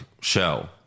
show